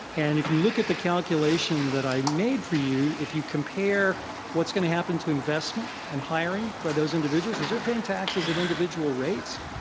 and, if you look at the calculation that i made for you, if you compare what's going to happen to investment and hiring by those individuals as they're paying taxes at individual rates,